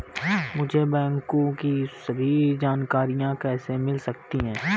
मुझे बैंकों की सभी जानकारियाँ कैसे मिल सकती हैं?